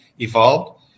evolved